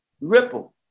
ripple